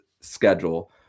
schedule